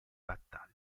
battaglie